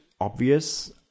obvious